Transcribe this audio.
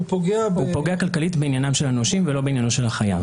הוא פוגע כלכלית בעניינם של הנושים ולא בעניינו של החייב.